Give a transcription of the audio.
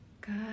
Good